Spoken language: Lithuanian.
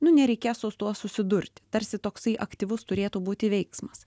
nu nereikės su tuo susidurti tarsi toksai aktyvus turėtų būti veiksmas